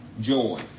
Joy